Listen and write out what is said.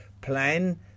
plan